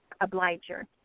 obliger